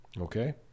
okay